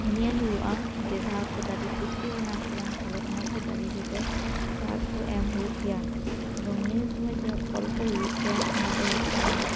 ᱧᱮᱞ ᱦᱩᱭᱩᱜᱼᱟ ᱡᱮ ᱡᱟᱦᱟᱸ ᱠᱚ ᱫᱟᱨᱮ ᱯᱩᱥᱴᱤ ᱢᱮᱱᱟᱜᱼᱟ ᱥᱮ ᱵᱟᱝ ᱛᱟᱦᱞᱮ ᱚᱱᱟ ᱠᱚ ᱫᱟᱨᱮ ᱨᱮᱫᱚ ᱥᱟᱨ ᱠᱚ ᱮᱢ ᱦᱩᱭᱩᱜ ᱜᱮᱭᱟ ᱮᱵᱚᱝ ᱱᱤᱭᱟᱹ ᱥᱩᱢᱟᱹᱭ ᱡᱟᱦᱟᱸ ᱯᱷᱚᱞ ᱠᱚ ᱦᱩᱭᱩᱜ ᱜᱮᱭᱟ ᱚᱱᱟ ᱠᱚᱫᱚ ᱦᱩᱭᱩᱜ ᱠᱟᱱᱟ